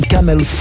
Camel